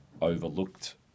overlooked